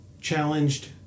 challenged